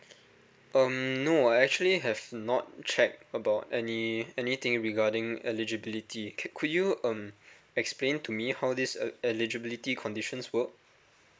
um no I actually have not checked about any any thing regarding eligibility could could you um explain to me how this eligibility conditions work